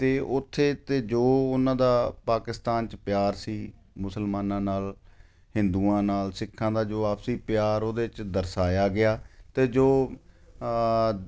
ਅਤੇ ਉੱਥੇ ਅਤੇ ਜੋ ਉਹਨਾਂ ਦਾ ਪਾਕਿਸਤਾਨ 'ਚ ਪਿਆਰ ਸੀ ਮੁਸਲਮਾਨਾਂ ਨਾਲ ਹਿੰਦੂਆਂ ਨਾਲ ਸਿੱਖਾਂ ਦਾ ਜੋ ਆਪਸੀ ਪਿਆਰ ਉਹਦੇ 'ਚ ਦਰਸਾਇਆ ਗਿਆ ਅਤੇ ਜੋ